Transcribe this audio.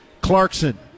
Clarkson